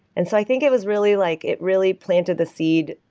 and so i think it was really like it really planted the seed,